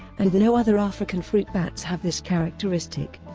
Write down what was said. and no other african fruit bats have this characteristic.